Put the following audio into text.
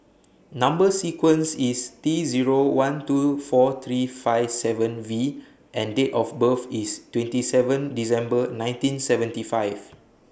Number sequence IS T Zero one two four three five seven V and Date of birth IS twenty seven December nineteen seventy five